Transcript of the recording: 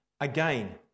again